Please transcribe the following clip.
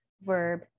verb